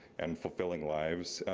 and fulfilling lives,